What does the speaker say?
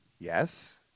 Yes